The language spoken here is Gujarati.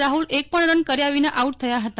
રાહુલ એક પણ રન કર્યા વિના આઉટ થયા હતા